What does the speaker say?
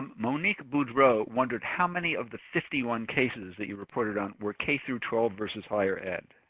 monique boudreau wondered, how many of the fifty one cases that you reported on, were k so twelve versus higher ed.